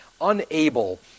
unable